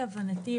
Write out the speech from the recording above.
להבנתי,